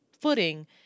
footing